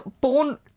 born